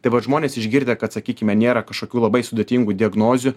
tai vat žmonės išgirdę kad sakykime nėra kažkokių labai sudėtingų diagnozių